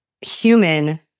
human